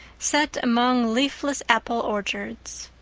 set among leafless apple orchards.